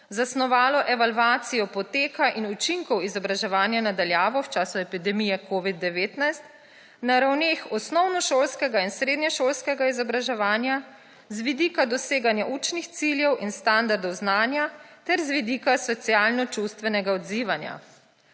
zasnovalo evalvacijo poteka in učinkov izobraževanja na daljavo v času epidemije covida-19 na ravneh osnovnošolskega in srednješolskega izobraževanja z vidika doseganja učnih ciljev in standardov znanja ter z vidika socialno-čustvenega odzivanja.